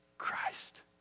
Christ